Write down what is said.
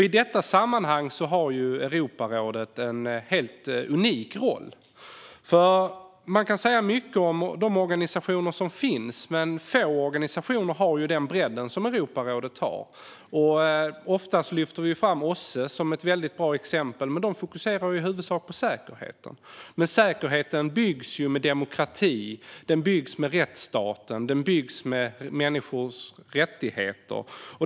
I detta sammanhang har Europarådet en helt unik roll. Man kan säga mycket om de organisationer som finns, men få organisationer har den bredd som Europarådet har. Ofta lyfter vi fram OSSE som ett väldigt bra exempel, men de fokuserar i huvudsak på säkerheten. Men säkerheten byggs ju med demokrati. Den byggs med rättsstaten. Den byggs med människors rättigheter.